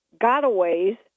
gotaways